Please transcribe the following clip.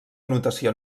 notació